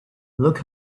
look